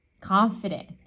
confident